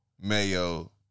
mayo